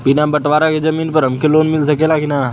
बिना बटवारा के जमीन पर हमके लोन मिल सकेला की ना?